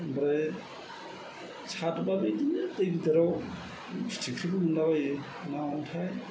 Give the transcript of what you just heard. आमफ्राय सारबा बिदिनो दै गिदिराव फिथिख्रिबो मोनला बायो मामोनथाय